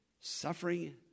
suffering